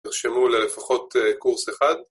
תרשמו ללפחות קורס אחד